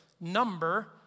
number